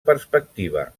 perspectiva